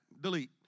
Delete